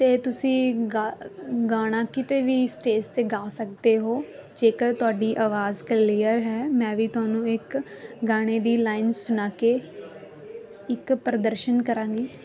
ਅਤੇ ਤੁਸੀਂ ਗਾ ਗਾਣਾ ਕਿਤੇ ਵੀ ਸਟੇਜ 'ਤੇ ਗਾ ਸਕਦੇ ਹੋ ਜੇਕਰ ਤੁਹਾਡੀ ਆਵਾਜ਼ ਕਲੀਅਰ ਹੈ ਮੈਂ ਵੀ ਤੁਹਾਨੂੰ ਇੱਕ ਗਾਣੇ ਦੀ ਲਾਈਨ ਸੁਣਾ ਕੇ ਇੱਕ ਪ੍ਰਦਰਸ਼ਨ ਕਰਾਂਗੀ